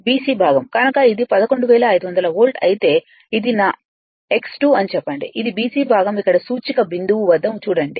BC భాగం కనుక ఇది 11500 వోల్ట్ అయితే ఇది నా X2 అని చెప్పండి ఇది BC భాగం ఇక్కడ సూచిక బిందువు వద్ద చూడండి